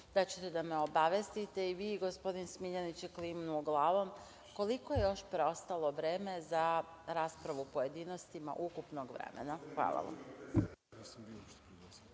da ćete da me obavestite vi i gospodin Smiljanić je klimnuo glavom, koliko je još preostalo vremena za raspravu u pojedinostima ukupnog vremena. Hvala vam.